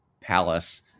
palace